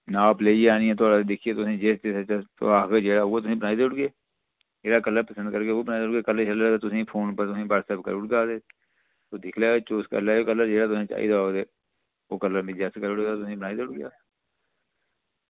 नाप लेइयै आह्नियै तुसेंगी दिक्खियै ओह् आखगे जेह्ड़ा तुसेंगी बनाई देई ओड़गे जेह्ड़ा कलर पसंद करगे ओह् बनाई देई ओड़गे तुसें ई फोन उप्पर बात चीत करी ओड़गा ते दिक्खी लैएओ जेह्ड़ा तुसें चाहिदा होग ते तुस यैस्स करगे ते तुसें ई बनाई देई ओड़गे